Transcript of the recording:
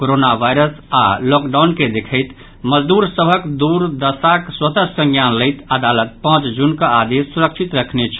corona virus आओर lockdown के देखैत मजदूर सभक दूरदशाक स्वतः संज्ञान लैत अदालत पांच जून कऽ आदेश सुरक्षित रखने छल